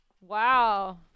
Wow